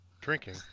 Drinking